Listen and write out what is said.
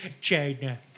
China